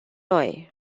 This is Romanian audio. noi